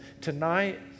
tonight